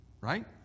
right